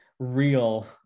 Real